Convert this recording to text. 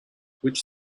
which